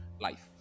life